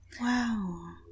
Wow